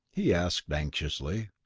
he asked, anxiously.